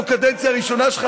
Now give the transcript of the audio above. זו קדנציה ראשונה שלך,